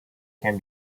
can